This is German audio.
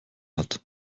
hat